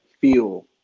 feel